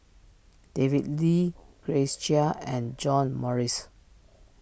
David Lee Grace Chia and John Morrice